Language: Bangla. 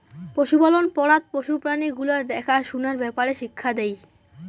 পশুপালন পড়াত পশু প্রাণী গুলার দ্যাখা সুনার ব্যাপারে শিক্ষা দেই